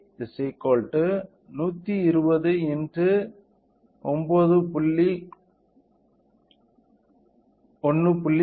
08 k ஆக இருக்கும் ஆனால் 1